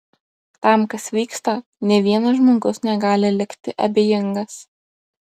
tam kas vyksta nė vienas žmogus negali likti abejingas